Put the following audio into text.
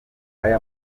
aya